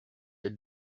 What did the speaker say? elle